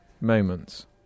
Moments